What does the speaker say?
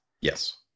Yes